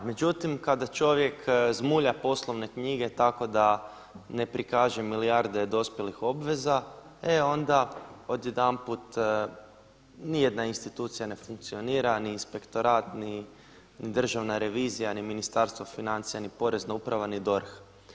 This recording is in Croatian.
Međutim, kada čovjek zmulja poslovne knjige tako da ne prikaže milijarde dospjelih obveza e onda odjedanput ni jedna institucija ne funkcionira, ni Inspektorat, ni Državna revizija, ni Ministarstvo financija, ni Porezna uprava, ni DORH.